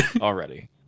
already